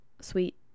sweet